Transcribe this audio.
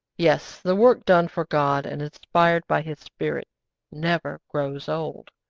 yes, the work done for god and inspired by his spirit never grows old.